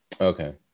Okay